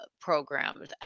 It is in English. programs